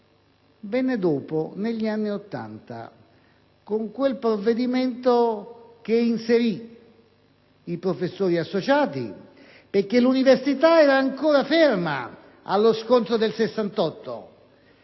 venne dopo, negli anni '80, con quel provvedimento che inserì i professori associati, perché l'università era ancora ferma allo scontro del '68.